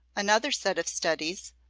another set of studies,